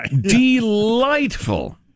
Delightful